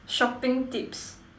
shopping tips